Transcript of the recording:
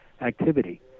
activity